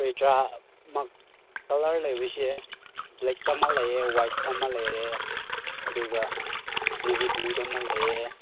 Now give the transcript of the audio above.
ꯀ꯭ꯔꯦꯇꯥꯃꯛ colour ꯂꯩꯕꯁꯤ ꯕ꯭ꯂꯦꯛꯇ ꯑꯃ ꯂꯩꯌꯦ ꯋꯥꯏꯠꯇ ꯑꯃ ꯂꯩꯔꯦ ꯑꯗꯨꯒ ꯅꯦꯕꯤ ꯕ꯭ꯂꯨꯗ ꯑꯃ ꯂꯩꯌꯦ